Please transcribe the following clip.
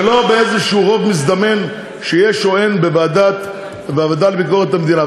ולא באיזשהו רוב מזדמן שיש או אין בוועדה לביקורת המדינה.